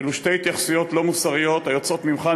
אלו שתי התייחסויות לא מוסריות היוצאות ממך,